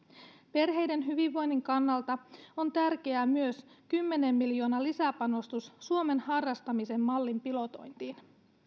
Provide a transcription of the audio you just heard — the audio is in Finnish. perheiden hyvinvoinnin kannalta tärkeää on myös kymmenen miljoonan lisäpanostus suomen harrastamisen mallin pilotointiin